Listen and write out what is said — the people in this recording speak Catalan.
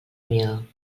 mil